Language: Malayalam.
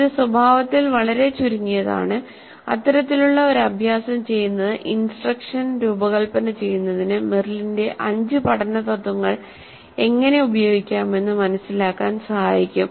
ഇത് സ്വഭാവത്തിൽ വളരെ ചുരുങ്ങിയതാണ് ഇത്തരത്തിലുള്ള ഒരു അഭ്യാസം ചെയ്യുന്നത് ഇൻസ്ട്രക്ഷൻ രൂപകൽപ്പന ചെയ്യുന്നതിന് മെറിലിന്റെ അഞ്ച് പഠന തത്ത്വങ്ങൾ എങ്ങനെ ഉപയോഗിക്കാമെന്ന് മനസിലാക്കാൻ സഹായിക്കും